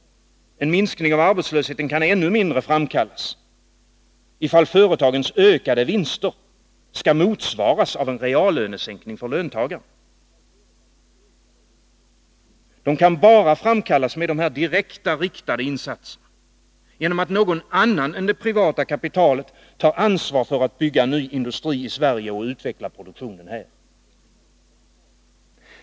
En minskning av arbetslösheten kan ännu mindre framkallas om företagens ökade vinster skall motsvaras av en reallönesänkning för löntagarna. Den kan bara framkallas med direkta, riktade insatser, genom att någon annan än det privata kapitalet tar ansvaret för att bygga ny industri i Sverige och utveckla produktionen här.